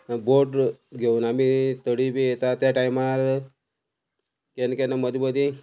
बोट घेवन आमी तडीर बी येता त्या टायमार केन्ना केन्ना मदीं मदीं